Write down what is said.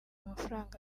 amafaranga